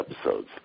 episodes